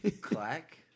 Clack